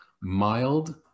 mild